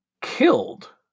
killed